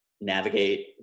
navigate